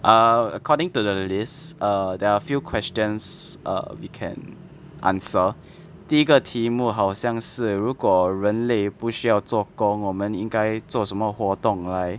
err according to the list err there are few questions err we can answer 第一个题目好像是如果人类不需要做工我们应该做什么活动来